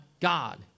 God